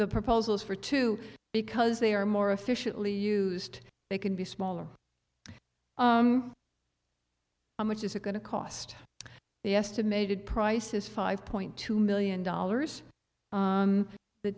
the proposals for two because they are more efficiently used they can be smaller how much is it going to cost the estimated price is five point two million dollars